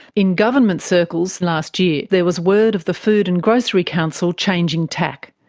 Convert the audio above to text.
in government circles last year there was word of the food and grocery council changing tack.